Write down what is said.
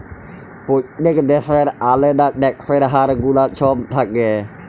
প্যত্তেক দ্যাশের আলেদা ট্যাক্সের হার গুলা ছব থ্যাকে